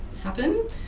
happen